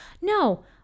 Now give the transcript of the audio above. no